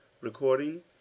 Recording